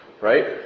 right